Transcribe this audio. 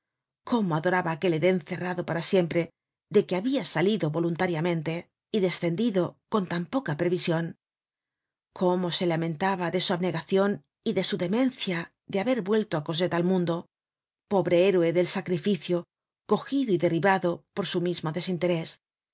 cómo adoraba aquel eden cerrado para siempre de que habia salido voluntariamente y descendido con tan poca prevision cómo se lamentaba de su abnegacion y de su demencia de haber vuelto á cosette al mundo pobre héroe del sacrificio cogido y derribado por su mismo desinterés